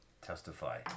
Testify